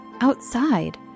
outside